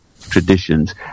traditions